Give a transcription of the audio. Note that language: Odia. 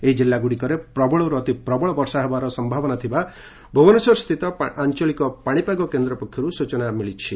ଏହି ଜିଲ୍ଲାଗୁଡ଼ିକରେ ପ୍ରବଳରୁ ଅତିପ୍ରବଳ ବର୍ଷା ହେବାର ସମ୍ଭାବନା ଥିବା ଭୁବନେଶ୍ୱର ସ୍ତିତି ଆଞ୍ଚଳିକ ପାଣିପାଗ କେନ୍ଦ୍ର ପକ୍ଷରୁ ସୂଚନା ଦିଆଯାଇଛି